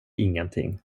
ingenting